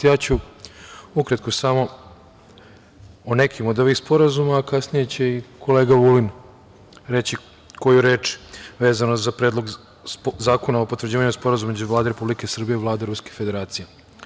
Ja ću ukratko samo o nekim od ovih sporazuma, a kasnije će i kolega Vulin reći koju reč vezano za Predlog zakona o potvrđivanju sporazuma između Vlade Republike Srbije i Vlade Ruske Federacije.